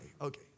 okay